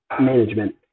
management